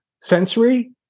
sensory